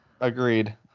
Agreed